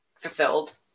fulfilled